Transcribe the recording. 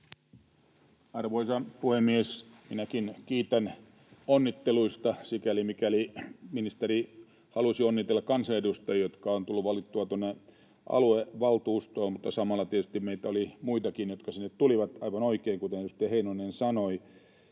Arvoisa puhemies! Minäkin kiitän onnitteluista, sikäli mikäli ministeri halusi onnitella kansanedustajia, jotka ovat tulleet valituiksi tuonne aluevaltuustoon, mutta samalla tietysti oli muitakin, jotka sinne tulivat, kuten edustaja Heinonen aivan